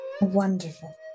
Wonderful